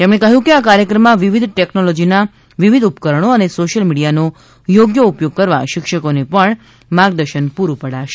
તેમણે કહ્યું કે આ કાર્યક્રમમાં વિવિધ ટેકનોલોજીના વિવિધ ઉપકરણો અને સોશ્યલ મીડિયાનો યોગ્ય ઉપયોગ કરવા શિક્ષકોને પણ માર્ગદર્શન પૂરું પડાશે